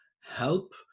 help